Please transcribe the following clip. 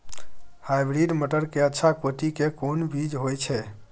Hybrid मटर के अच्छा कोटि के कोन बीज होय छै?